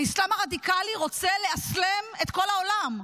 האסלאם הרדיקלי רוצה לאסלם את כל העולם,